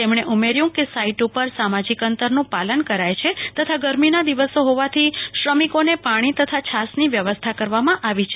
તેમને ઉમેર્યું કે સાઈટ ઉપર સામાજિક અંતર નું પાલન કરાય છે તથા ગરમી ના દિવસો હોવાથી શ્રમિકો ને પાણી તથા છાસ ની વ્યવસ્થા કરવા માં આવી છે